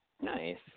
Nice